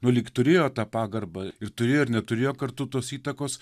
nu lyg turėjo tą pagarbą ir turėjo ir neturėjo kartu tos įtakos